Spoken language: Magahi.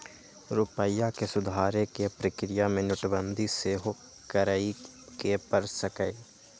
रूपइया के सुधारे कें प्रक्रिया में नोटबंदी सेहो करए के पर सकइय